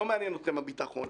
לא מעניין אתכם הביטחון.